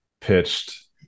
pitched